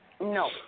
No